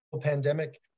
pandemic